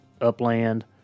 Upland